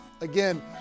Again